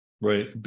Right